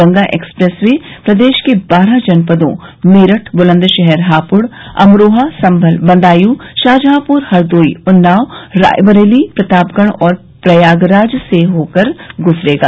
Ganga expressway प्रदेश के बारह जनपदों मेरठ ब्लन्दशहर हापुड अमरोहा संभल बदायू शाहजहांपुर हरदोई उन्नाव रायबरेली प्रतापगढ़ और प्रयागराज से होकर गुजरेगा